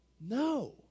no